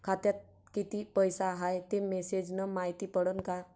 खात्यात किती पैसा हाय ते मेसेज न मायती पडन का?